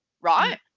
right